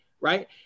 right